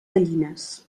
gallines